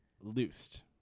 Loosed